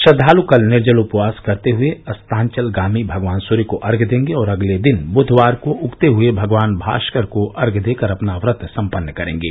श्रद्वाल् कल निर्जल उपवास करते हये अस्तांचलगामी भगवान सूर्य को अर्ध्य देंगे और अगले दिन बुधवार को उगते हये भगवान भाष्कर को अर्ध्य देकर अपना व्रत सम्पन्न करेंगे